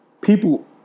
People